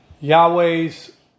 Yahweh's